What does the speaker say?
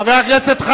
חבר הכנסת אקוניס.